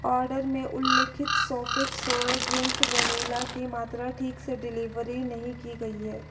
order में उल्लिखित Sofit soy drink vanilla की मात्रा ठीक से डिलीवरी नहीं की गई है